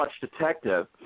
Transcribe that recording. Detective